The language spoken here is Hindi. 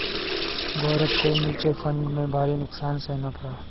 गौरव को म्यूचुअल फंड में भारी नुकसान सहना पड़ा